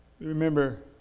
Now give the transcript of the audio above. Remember